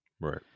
Right